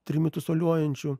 trimitu soliuojančiu